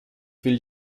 will